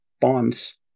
bonds